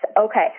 Okay